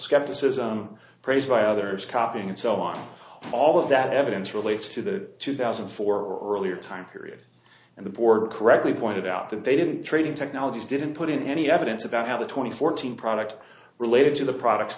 skepticism praised by others copying and so on all of that evidence relates to the two thousand and four or earlier time period and the board correctly pointed out that they didn't trading technologies didn't put in any evidence about how the twenty fourteen product related to the products